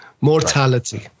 mortality